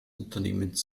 unternehmens